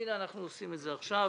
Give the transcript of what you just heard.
והנה אנחנו עושים את זה עכשיו